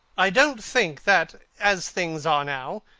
i don't think that, as things are now,